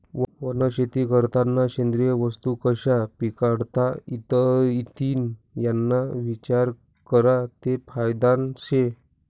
वनशेती करतांना सेंद्रिय वस्तू कशा पिकाडता इतीन याना इचार करा ते फायदानं शे